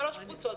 שלוש קבוצות.